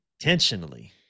intentionally